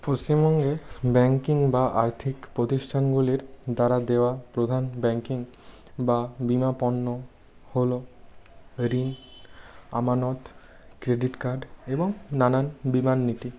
পশ্চিমবঙ্গে ব্যাঙ্কিং বা আর্থিক প্রতিষ্ঠানগুলির দ্বারা দেওয়া প্রধান ব্যাঙ্কিং বা বীমা পণ্য হল ঋণ আমানত ক্রেডিট কার্ড এবং নানান বিমার নীতি